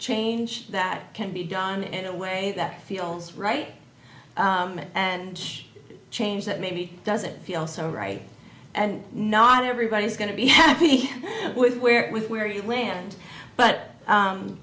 change that can be done in a way that feels right and change that maybe doesn't feel so right and not everybody is going to be happy with where with where you land but